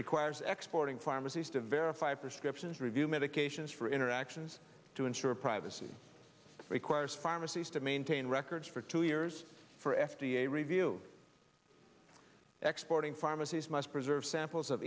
requires exploiting pharmacies to verify prescriptions review medications for interactions to ensure privacy requires pharmacies to maintain records for two years for f d a review exploiting pharmacies must preserve samples of